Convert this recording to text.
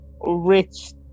Rich